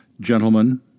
Gentlemen